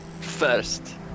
first